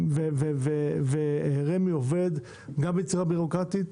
רמ"י עובד בצורה בירוקרטית,